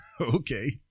Okay